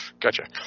Gotcha